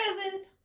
Present